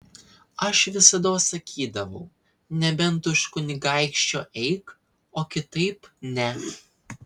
aš visados sakydavau nebent už kunigaikščio eik o kitaip ne